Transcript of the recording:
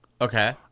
Okay